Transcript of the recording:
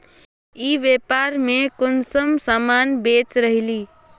ई व्यापार में कुंसम सामान बेच रहली?